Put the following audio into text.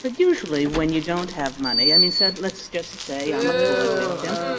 but usually when you don't have money, i mean, say let's just say i'm a fraud victim,